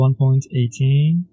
1.18